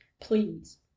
please